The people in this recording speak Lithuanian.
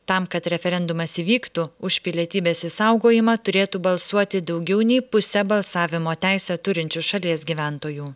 tam kad referendumas įvyktų už pilietybės išsaugojimą turėtų balsuoti daugiau nei pusę balsavimo teisę turinčių šalies gyventojų